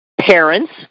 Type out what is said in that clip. parents